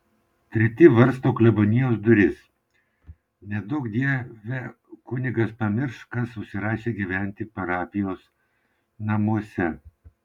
treti varsto klebonijos duris neduokdie kunigas pamirš kas užsirašė gyventi parapijos namuose